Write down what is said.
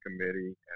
committee